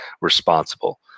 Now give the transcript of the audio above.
responsible